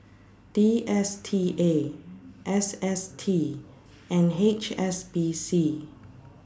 D S T A S S T and H S B C